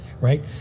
right